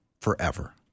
forever